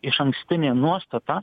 išankstinė nuostata